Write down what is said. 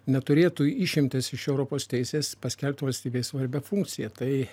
neturėtų išimtis iš europos teisės paskelbti valstybei svarbia funkcija tai